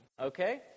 okay